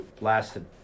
lasted